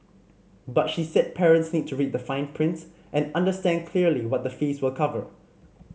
but she said parents need to read the fine print and understand clearly what the fees will cover